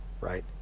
right